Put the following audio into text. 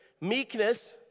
Meekness